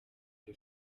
the